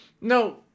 No